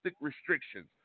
restrictions